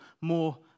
more